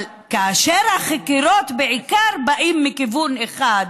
אבל כאשר החקירות בעיקר באמת מכיוון אחד,